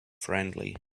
friendly